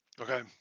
Okay